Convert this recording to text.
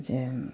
जे